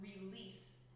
release